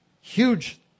huge